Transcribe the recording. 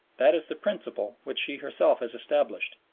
that is the principle which she herself has established.